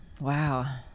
Wow